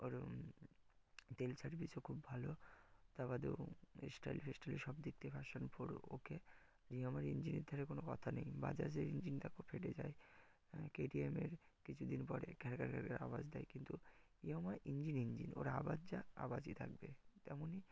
ওর তেল সার্ভিসও খুব ভালো তা বাদেও স্টাইল ফেস্টাইল সব দিক থেকে ভার্সন ফোর ওকে যে আমার ইঞ্জিনের ধারে কোনো কথা নেই বাজাজের ইঞ্জিনটা তো ফেটে যায় কে টি এমের কিছু দিন পরে ঘ্যার ঘ্যার ঘ্যার ঘ্যার আওয়াজ দেয় কিন্তু এ আমার ইঞ্জিন ইঞ্জিন ওর আওয়াজ যা আওয়াজই থাকবে তেমনই